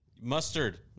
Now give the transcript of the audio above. Mustard